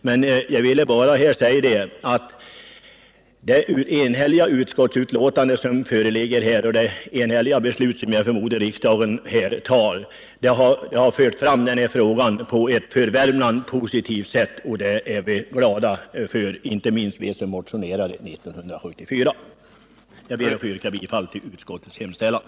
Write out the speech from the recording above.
Vad jag ville säga var att det enhälliga utskottsbetänkande som föreligger här och det enhälliga beslut som jag förmodar att riksdagen fattar i dag har fört fram denna fråga på ett för Värmland positivt sätt, och det är inte minst vi som motionerade 1974 glada för. Herr talman! Jag ber att få yrka bifall till utskottets hemställan.